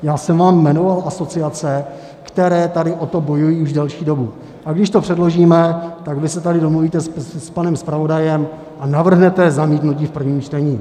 Já jsem vám jmenoval asociace, které tady o to bojují už delší dobu, a když to předložíme, tak vy se tady domluvíte s panem zpravodajem a navrhnete zamítnutí v prvním čtení.